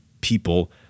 people